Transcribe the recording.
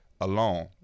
Alone